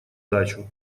дачу